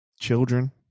Children